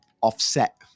offset